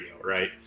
right